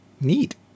Neat